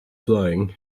flying